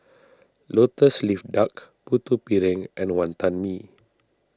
Lotus Leaf Duck Putu Piring and Wantan Mee